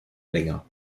länger